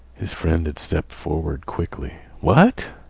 his friend had stepped forward quickly. what?